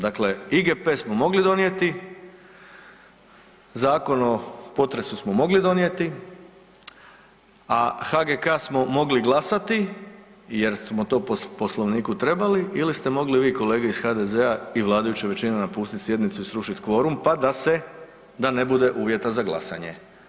Dakle, IGP smo mogli donijeti, Zakon o potresu smo mogli donijeti, a HGK smo mogli glasati jer smo to po Poslovniku trebali ili ste mogli vi kolege iz HDZ-a i vladajuće većine napustiti sjednicu i srušiti kvorum pa da ne bude uvjeta za glasanje.